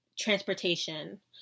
transportation